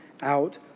out